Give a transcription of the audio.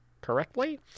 correctly